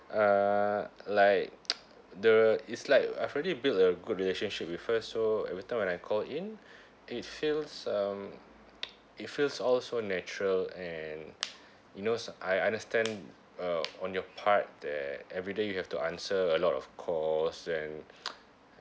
uh like the it's like I've already build a good relationship with her so every time when I called in it feels um it feels all so natural and you knows I understand uh on your part that everyday you have to answer a lot of calls and